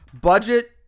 Budget